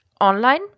online